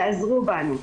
תעזרו בנו.